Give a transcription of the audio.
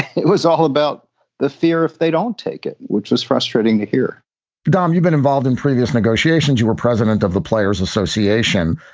it was all about the fear if they don't take it, which was frustrating to hear dom, you've been involved in previous negotiations. you were president of the players association.